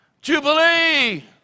Jubilee